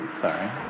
Sorry